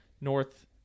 North